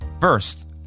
First